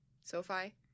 Sophie